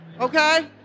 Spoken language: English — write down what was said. Okay